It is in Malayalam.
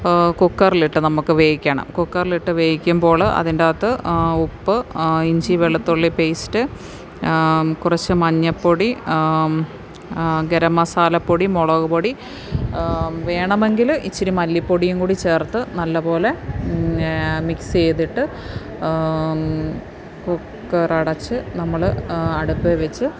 കുക്കറിലിട്ട് നമുക്ക് വേവിക്കണം കുക്കറിലിട്ട് വേവിക്കുമ്പോള് അതിന്റകത്ത് ഉപ്പ് ഇഞ്ചി വെളുത്തുള്ളി പേസ്റ്റ് കുറച്ച് മഞ്ഞപ്പൊടി ഗരം മസാലപ്പൊടി മുളക് പൊടി വേണമെങ്കില് ഇച്ചിരി മല്ലിപ്പൊടിയുംകൂടി ചേർത്ത് നല്ലപോലെ മിക്സെയ്തിട്ട് കുക്കറടച്ച് നമ്മള് അടുപ്പില്വച്ച്